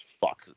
fuck